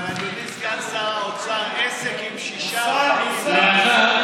אבל אדוני, סגן שר האוצר, עסק עם שישה, רגע.